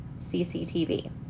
CCTV